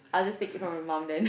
I'll just take it from my mum then